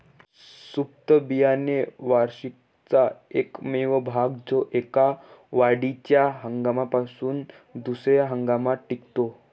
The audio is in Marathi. सुप्त बियाणे वार्षिकाचा एकमेव भाग जो एका वाढीच्या हंगामापासून दुसर्या हंगामात टिकतो